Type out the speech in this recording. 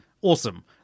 awesome